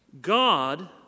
God